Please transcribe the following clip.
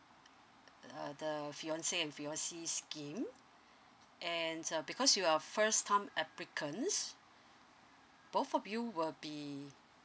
uh the fiance and fiancee scheme and uh because you are first time applicants both of you will be